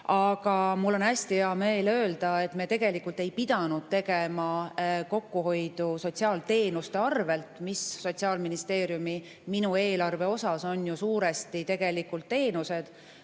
aga hästi hea meel öelda, et me tegelikult ei pidanud tegema kokkuhoidu sotsiaalteenuste arvel, mis Sotsiaalministeeriumi minu eelarve osas on ju suuresti teenused: